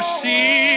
see